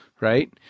Right